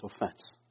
offense